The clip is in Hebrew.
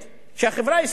שהחברה הישראלית,